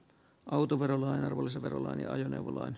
autoverolain arvonlisäverollani korjataan